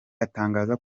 atangaza